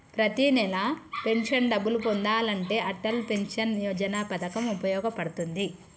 ప్రతి నెలా పెన్షన్ డబ్బులు పొందాలంటే అటల్ పెన్షన్ యోజన పథకం వుపయోగ పడుతుంది